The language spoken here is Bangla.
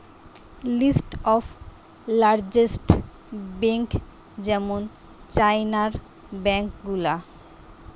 লিস্ট অফ লার্জেস্ট বেঙ্ক যেমন চাইনার ব্যাঙ্ক গুলা